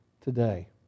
today